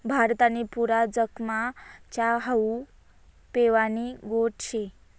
भारत आणि पुरा जगमा च्या हावू पेवानी गोट शे